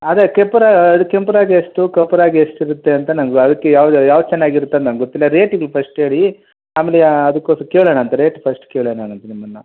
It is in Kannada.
ಅದೆ ಕಪ್ ರಾ ಅದು ಕೆಂಪು ರಾಗಿ ಎಷ್ಟು ಕಪ್ಪು ರಾಗಿ ಎಷ್ಟಿರುತ್ತೆ ಅಂತ ನಂಗೆ ಅದಕ್ಕೆ ಯಾವ್ದು ಯಾವ್ದು ಚೆನ್ನಾಗಿರುತ್ತೆ ಅದು ನಂಗೆ ಗೊತ್ತಿಲ್ಲ ರೇಟ್ ಇದು ಫಸ್ಟ್ ಹೇಳಿ ಆಮೇಲೆ ಅದಕ್ಕೊಸ್ಕ್ರ ಕೇಳೋಣ ಅಂತ ರೇಟ್ ಫಸ್ಟ್ ಕೇಳೋಣ ಅಂತ ನಿಮ್ಮನ್ನು